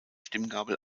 stimmgabel